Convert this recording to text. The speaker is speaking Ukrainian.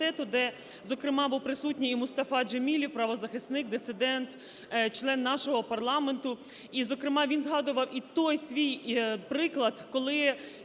де, зокрема, був присутній і Мустафа Джемілєв, правозахисник, дисидент, член нашого парламенту, і, зокрема, він згадував і той свій приклад, коли